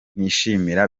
nishimira